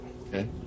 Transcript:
Okay